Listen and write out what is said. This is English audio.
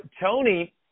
Tony